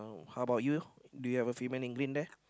how about you do you have a female in green there